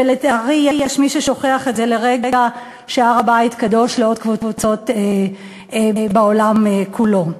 ולטעמי יש מי ששוכח לרגע שהר-הבית קדוש לעוד קבוצות בעולם כולו.